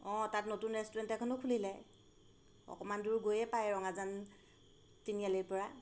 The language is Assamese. অঁ তাত নতুন ৰেষ্টুৰেণ্ট এখনো খুলিলে অকণমান দূৰ গৈয়ে পায় ৰঙাজান তিনিআলিৰ পৰা